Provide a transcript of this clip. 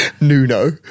Nuno